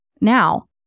Now